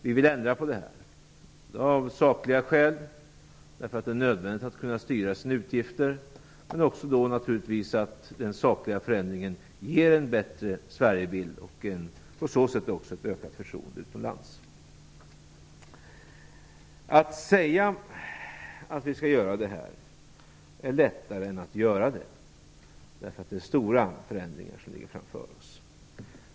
Vi vill ändra på det av sakliga skäl, därför att det är nödvändigt att kunna styra sina utgifter och, naturligtvis, därför att den sakliga förändringen ger en bättre Sverigebild och därmed ett ökat förtroende utomlands. Att säga att vi skall göra detta är lättare än att göra det. Det är ju stora förändringar som ligger framför oss.